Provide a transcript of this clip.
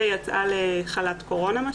ויצאה לחל"ת קורונה.